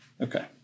Okay